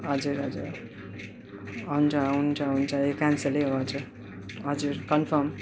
हजुर हजुर हन्छ हुन्छ हुन्छ यो क्यान्सलै हो हजुर हजुर कन्फर्म